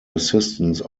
assistance